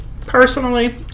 Personally